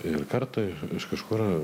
ir kartą iš kažkur